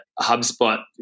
HubSpot